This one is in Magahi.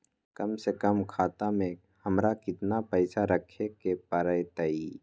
कम से कम खाता में हमरा कितना पैसा रखे के परतई?